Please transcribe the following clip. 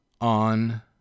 On